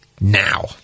Now